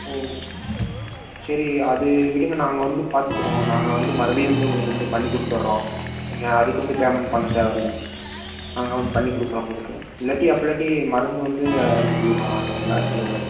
ம் சரி அது விடுங்க நாங்கள் வந்து பார்த்துக்குறோம் நாங்கள் வந்து மறுபடியும் வந்து உங்களுக்கு வந்து பண்ணிக் கொடுத்தறோம் நீங்கள் அதுக்கு வந்து பேமெண்ட் பண்ண தேவையில்ல நாங்கள் வந்து பண்ணிக் கொடுக்குறோம் உங்களுக்கு இல்லாட்டி அப்படி இல்லாட்டி மருந்து வந்து அடிச்சு விடுறோம் நாங்கள் எங்கள் செலவில்